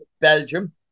Belgium